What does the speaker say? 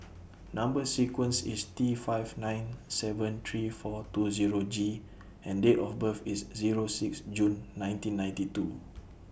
Number sequence IS T five nine seven three four two Zero G and Date of birth IS Zero six June nineteen ninety two